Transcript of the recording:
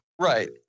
Right